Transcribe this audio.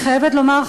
אני חייבת לומר,